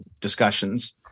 discussions